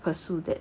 pursue that